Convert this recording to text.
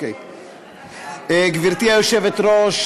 גברתי היושבת-ראש,